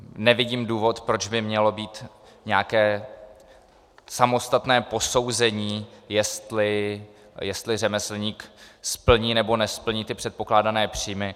Nevidím důvod, proč by mělo být nějaké samostatné posouzení, jestli řemeslník splní nebo nesplní ty předpokládané příjmy.